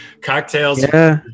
cocktails